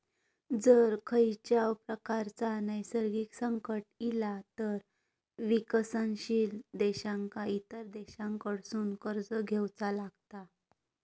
जर खंयच्याव प्रकारचा नैसर्गिक संकट इला तर विकसनशील देशांका इतर देशांकडसून कर्ज घेवचा लागता